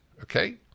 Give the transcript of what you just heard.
Okay